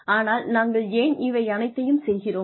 ஆனால் நாங்கள் ஏன் இவை அனைத்தையும் செய்கிறோம்